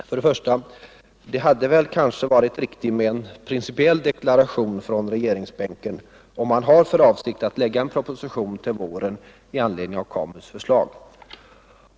För det första hade det väl varit riktigt med en principiell deklaration från regeringsbänken om man har för avsikt att lägga en proposition till våren i anledning av KAMU:s förslag.